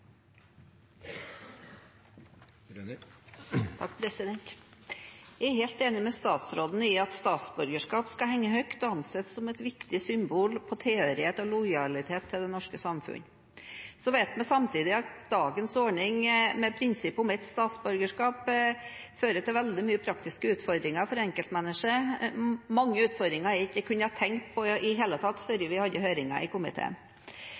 helt enig med statsråden i at statsborgerskap skal henge høyt og anses som et viktig symbol på tilhørighet og lojalitet til det norske samfunn. Vi vet samtidig at dagens ordning med prinsippet om ett statsborgerskap fører til veldig mange praktiske utfordringer for enkeltmennesker – mange utfordringer jeg ikke hadde tenkt på i det hele tatt før vi hadde høringen i komiteen.